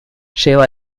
lleva